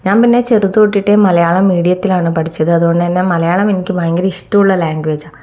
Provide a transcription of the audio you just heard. ഞാൻ പിന്നെ ചെറുത് തൊട്ടിട്ടേ മലയാളം മീഡിയത്തിലാണ് പഠിച്ചത് അതുകൊണ്ട് തന്നെ മലയാളം എനിക്ക് ഭയങ്കര ഇഷ്ടമുള്ള ലാങ്ക്വേജ് ആണ്